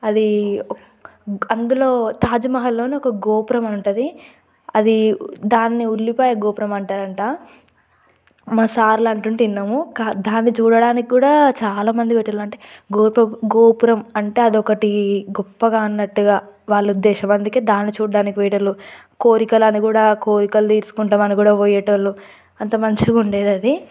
అది అందులో తాజ్మహల్లోనే ఒక గోపురం అని ఉంటుంది అది దానిని ఉల్లిపాయ గోపురం అంటారంట మా సార్లు అంటుంటే విన్నాము దాన్ని చూడడానికి కూడా చాలామంది పోయేటోళ్లు అంటే గోపురం గోపురం అంటే అదొకటి గొప్పగా అన్నట్టుగా వాళ్ళ ఉద్దేశం అందుకే దాన్ని చూడ్డానికి పోయేటోళ్లు కోరికలని కూడా కోరికలు తీర్చుకుంటామని కూడా పోయేటోళ్లు అంత మంచిగా ఉండేదది